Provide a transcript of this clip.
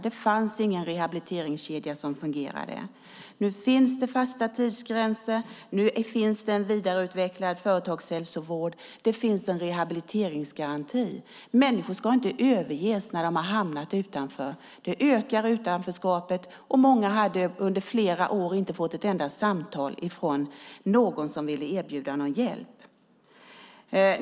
Det fanns ingen rehabiliteringskedja som fungerade. Nu finns det fasta tidsgränser, nu finns det en vidareutvecklad företagshälsovård och nu finns det en rehabiliteringsgaranti. Människor ska inte överges när de har hamnat utanför. Det ökar utanförskapet, och många hade under flera år inte fått ett enda samtal från någon som vill erbjuda någon hjälp.